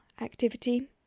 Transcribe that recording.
activity